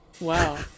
Wow